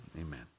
Amen